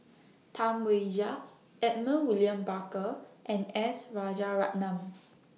Tam Wai Jia Edmund William Barker and S Rajaratnam